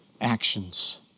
actions